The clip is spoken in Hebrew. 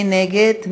מי נגד?